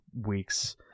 weeks